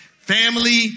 Family